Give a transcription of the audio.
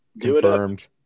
Confirmed